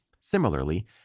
Similarly